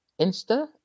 Insta